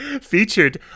Featured